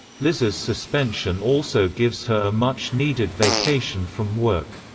liz's suspension also gives her a much-needed vacation from work.